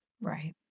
Right